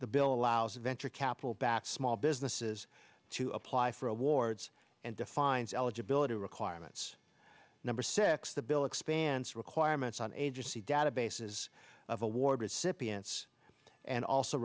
the bill allows venture capital back small businesses to apply for awards and defines eligibility requirements number six the bill expands requirements on agency databases of award recipients and also